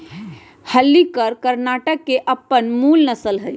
हल्लीकर कर्णाटक के अप्पन मूल नसल हइ